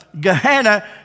Gehenna